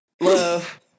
Love